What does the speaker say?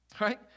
right